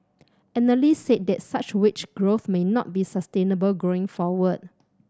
analysts said that such wage growth may not be sustainable going forward